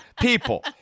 people